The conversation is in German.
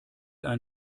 ein